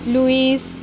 Luis